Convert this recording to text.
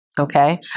Okay